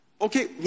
Okay